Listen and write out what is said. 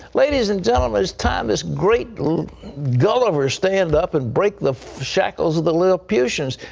ladies and gentlemen, it's time this great gulliver stand up and break the shackles of the lilliputians,